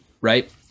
right